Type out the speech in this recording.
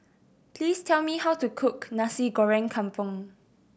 please tell me how to cook Nasi Goreng Kampung